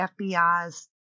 FBI's